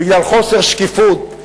ופה אני רוצה לסיים במשפט האחרון,